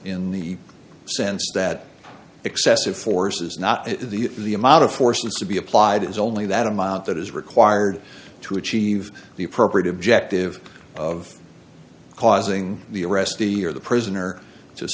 in the sense that excessive force is not the the amount of force to be applied is only that amount that is required to achieve the appropriate objective of causing the arrestee or the prisoner